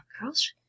girls